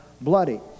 bloody